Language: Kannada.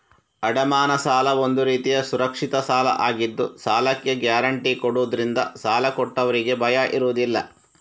ಅಡಮಾನ ಸಾಲ ಒಂದು ರೀತಿಯ ಸುರಕ್ಷಿತ ಸಾಲ ಆಗಿದ್ದು ಸಾಲಕ್ಕೆ ಗ್ಯಾರಂಟಿ ಕೊಡುದ್ರಿಂದ ಸಾಲ ಕೊಟ್ಟವ್ರಿಗೆ ಭಯ ಇರುದಿಲ್ಲ